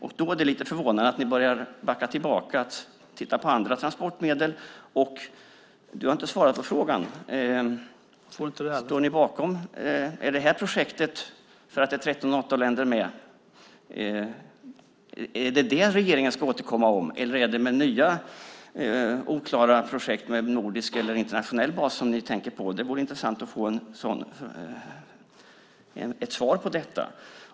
Därför är det lite förvånande att ni börjar backa tillbaka och titta på andra transportmedel. Peter Jonsson har inte svarat på frågan. Är det detta projekt, som 13 Natoländer är med i, som regeringen ska återkomma om? Eller är det nya oklara projekt med nordisk eller internationell bas som ni tänker på? Det vore intressant att få ett svar på detta.